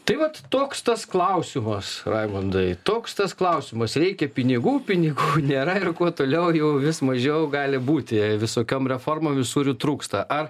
tai vat toks tas klausimas raimundai toks tas klausimas reikia pinigų pinigų nėra ir kuo toliau jų vis mažiau gali būti visokiom reformom visur jų trūksta ar